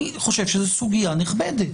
אני חושב שזו סוגיה נכבדת.